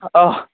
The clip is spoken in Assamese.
অ'